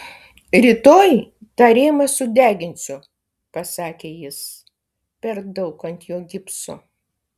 rytoj tą rėmą sudeginsiu pasakė jis per daug ant jo gipso